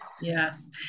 Yes